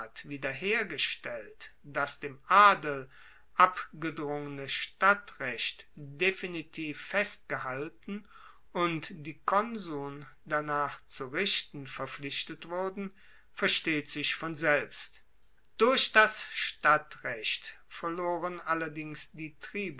wieder hergestellt das dem adel abgedrungene stadtrecht definitiv festgehalten und die konsuln danach zu richten verpflichtet wurden versteht sich von selbst durch das stadtrecht verloren allerdings die